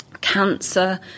cancer